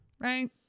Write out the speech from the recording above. Right